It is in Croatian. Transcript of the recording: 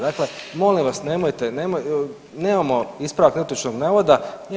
Dakle, molim vas nemojte, nemamo ispravak netočnog navoda.